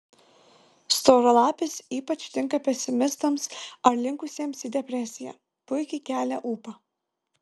storalapis ypač tinka pesimistams ar linkusiems į depresiją puikiai kelia ūpą